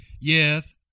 Yes